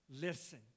Listen